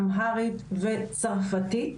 אמהרית וצרפתית.